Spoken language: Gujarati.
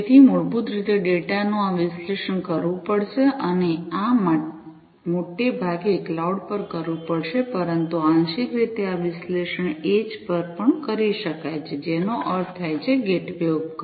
તેથી મૂળભૂત રીતે ડેટાનું આ વિશ્લેષણ કરવું પડશે અને આ મોટે ભાગે ક્લાઉડ પર કરવું પડશે પરંતુ આંશિક રીતે આ વિશ્લેષણ એડ્જ પર પણ કરી શકાય છે જેનો અર્થ થાય છે ગેટવે ઉપકરણ